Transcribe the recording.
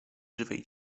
żywej